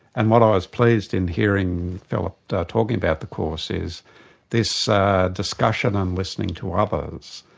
and what i was pleased in hearing philip talking about the course is this ah discussion and listening to others,